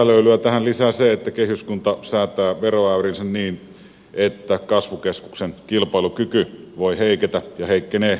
lisälöylyä tähän lisää se että kehyskunta säätää veroäyrinsä niin että kasvukeskuksen kilpailukyky voi heiketä ja heikkenee